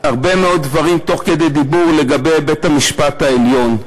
הרבה מאוד דברים לגבי בית-המשפט העליון.